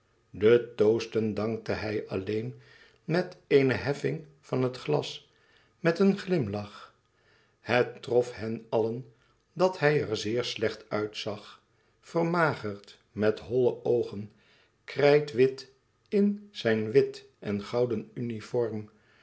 de toasten dankte hij alleen met eene heffing van het glas met een glimlach het trof hen allen dat hij er zeer slecht uitzag vermagerd met holle oogen krijtwit in zijn wit en gouden uniform